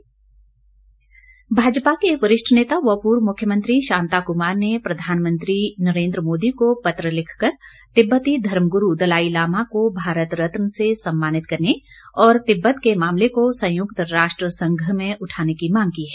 शांता कुमार भाजपा के वरिष्ठ नेता व पूर्व मुख्यमंत्री शांता कुमार ने प्रधानमंत्री नरेन्द्र मोदी को पत्र लिखकर तिब्बती धर्मग्रू दलाई लामा को भारत रतन से सम्मानित करने और तिब्बत के मामले को संयुक्त राष्ट्र संघ में उठाने की मांग की है